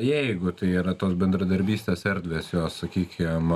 jeigu tai yra tos bendradarbystės erdvės jos sakykim